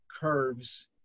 curves